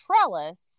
trellis